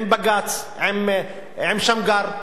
עם בג"ץ, עם שמגר?